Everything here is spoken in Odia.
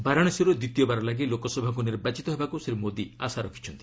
ବାରାଣସୀର୍ ଦ୍ୱିତୀୟବାର ଲାଗି ଲୋକସଭାକୃ ନିର୍ବାଚିତ ହେବାକୁ ଶ୍ରୀ ମୋଦି ଆଶା ରଖିଛନ୍ତି